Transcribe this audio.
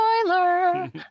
Spoiler